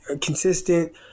consistent